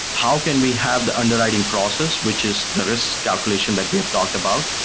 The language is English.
how can we have the underwriting process, which is the risk calculation that we have talked about,